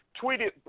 tweeted